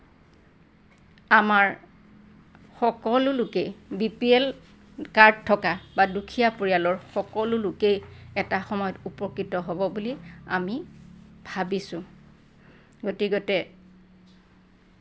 আমাৰ সকলোলোকে B P L card থকা বা দুখীয়া পৰিয়ালৰ সকলো লোকেই এটা সময়ত উপকৃত হ'ব বুলি আমি ভাবিছোঁ গতিকে